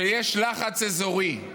שיש לחץ אזורי,